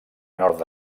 nord